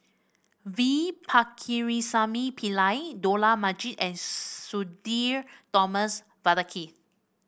V Pakirisamy Pillai Dollah Majid and Sudhir Thomas Vadaketh